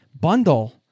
bundle